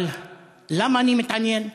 אבל למה אני מתעניין?